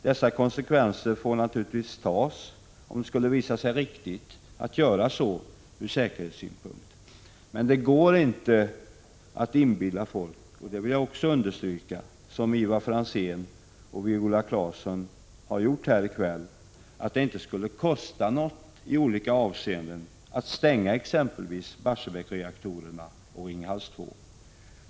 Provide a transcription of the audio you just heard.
Dessa konsekvenser får naturligtvis tas, om det skulle visa sig riktigt att göra så ur säkerhetssynpunkt, men det går inte att inbilla folk — det vill jag också understryka — som Ivar Franzén och Viola Claesson har försökt göra här i kväll, att det inte skulle kosta något i olika avseenden att stänga exempelvis Barsebäcksreaktorerna och Ringhals 2.